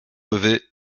levé